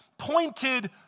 pointed